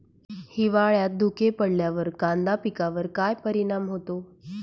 हिवाळ्यात धुके पडल्यावर कांदा पिकावर काय परिणाम होतो?